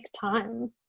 time